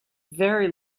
very